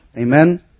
Amen